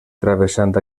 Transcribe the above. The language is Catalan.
travessant